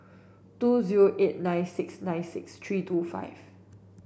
two zero eight nine six nine six three two five